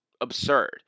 absurd